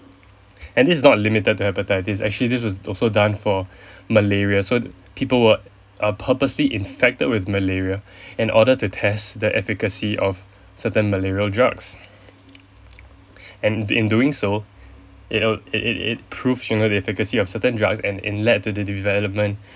and this is not limited to hepatitis actually this was also done for malaria so people will uh purposely infected with malaria in order to test the efficacy of certain malarial drugs and in doing so it wi~ it it prove you know the efficacy of a certain drugs and in led to the development